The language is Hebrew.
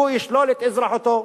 הוא ישלול את אזרחותו,